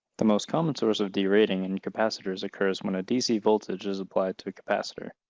the most common source of derating in capacitors occurs when a dc voltage is applied to a capacitor.